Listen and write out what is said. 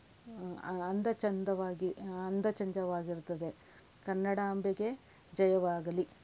ಅ ಅ ಅಂದ ಚೆಂದವಾಗಿ ಅಂದ ಚೆಂದವಾಗಿರ್ತದೆ ಕನ್ನಡಾಂಬೆಗೆ ಜಯವಾಗಲಿ